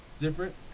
Different